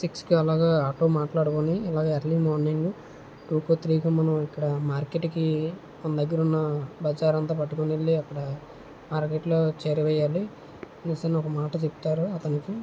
six కి అలాగ auto మాట్లాడుకుని ఇలాగా ఎర్లీ మార్నింగ్ టూ కో త్రీ కో మనము ఇక్కడ మార్కెట్ కి మన దగ్గర ఉన్న బజారంతా పట్టుకుని వెళ్లి అక్కడ మార్కెట్ లో చేరవేయాలి అనేసి ఒక మాట చెప్తారు అతనికి